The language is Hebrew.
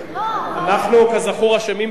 אנחנו, כזכור, אשמים בכול.